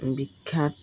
বিখ্যাত